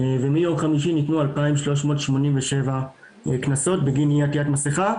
ומיום חמישי ניתנו 2,387 קנסות בגין אי עטיית מסכה.